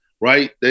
right